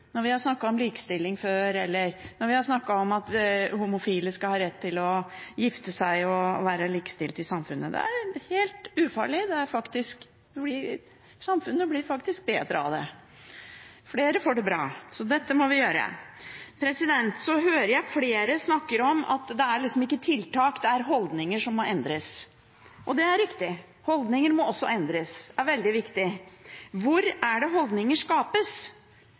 når vi har snakket om likestilling før, eller når vi har snakket om at homofile skal ha rett til å gifte seg og være likestilt i samfunnet. Det er helt ufarlig. Samfunnet blir faktisk bedre av det. Flere får det bra, så dette må vi gjøre. Så hører jeg flere snakke om at det er ikke tiltak vi trenger, det er holdninger som må endres. Det er riktig. Holdninger må også endres. Det er veldig viktig. Hvor er det holdninger skapes?